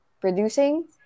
producing